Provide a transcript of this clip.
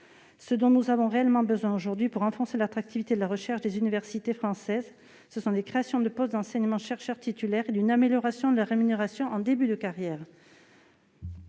Ce dont nous avons réellement besoin aujourd'hui pour renforcer l'attractivité de la recherche dans les universités françaises, ce sont des créations de postes d'enseignants-chercheurs titulaires et une amélioration de la rémunération en début de carrière.